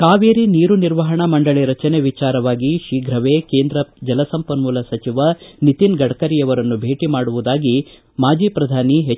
ಕಾವೇರಿ ನೀರು ನಿರ್ವಹಣಾ ಮಂಡಳಿ ರಚನೆ ವಿಚಾರವಾಗಿ ಶೀಘವೇ ಕೇಂದ್ರ ಜಲಸಂಪನ್ಮೂಲ ಸಚಿವ ನಿತಿನ್ ಗಡ್ಕರಿಯವರನ್ನು ಭೇಟಿ ಮಾಡುವುದಾಗಿ ಮಾಜಿ ಪ್ರಧಾನಿ ಎಚ್